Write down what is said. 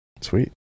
Sweet